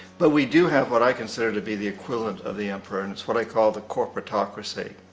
but we do have what i consider to be the equivalent of the emperor and it's what i call the corporatocracy.